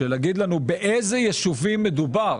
להגיד לנו באילו ישובים מדובר,